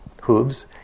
hooves